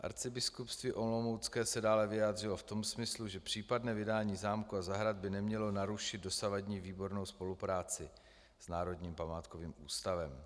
Arcibiskupství olomoucké se dále vyjádřilo v tom smyslu, že případné vydání zámku a zahrad by nemělo narušit dosavadní výbornou spolupráci s Národním památkovým ústavem.